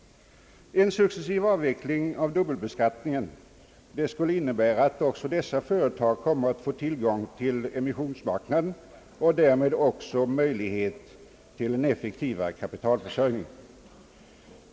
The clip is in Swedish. En successsiv avveckling av dubbelbeskattningen skulle innebära att också dessa företag skulle få tillgång till emissionsmarknaden och därmed möjlighet till en effektivare kapitalförsörjning.